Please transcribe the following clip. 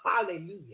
hallelujah